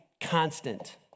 constant